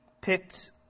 picked